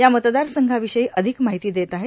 या मतदार संघाविषयी अधिक माहिती देत आहेत